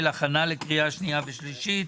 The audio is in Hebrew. הכנה לקריאה שנייה ושלישית.